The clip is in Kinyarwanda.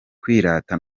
kwirata